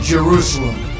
Jerusalem